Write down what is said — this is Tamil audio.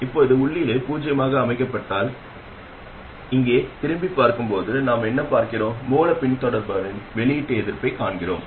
இப்போது உள்ளீடு பூஜ்ஜியமாக அமைக்கப்பட்டால் இங்கே திரும்பிப் பார்க்கும்போது நாம் என்ன பார்க்கிறோம் மூலப் பின்தொடர்பவரின் வெளியீட்டு எதிர்ப்பைக் காண்கிறோம்